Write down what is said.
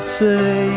say